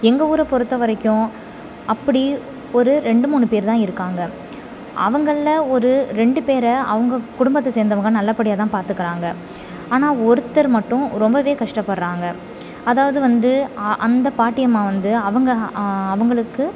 எங்கள் ஊரை பொறுத்தவரைக்கும் அப்படி ஒரு ரெண்டு மூணு பேர் தான் இருக்காங்க அவங்களில் ஒரு ரெண்டு பேரை அவங்க குடும்பத்தை சேர்ந்தவங்க நல்லபடியாக தான் பார்த்துக்குறாங்க ஆனால் ஒருத்தர் மட்டும் ரொம்பவே கஷ்டப்படுறாங்க அதாவது வந்து அ அந்த பாட்டியம்மா வந்து அவங்க அவங்களுக்கு